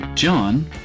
John